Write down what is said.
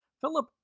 Philip